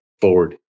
forward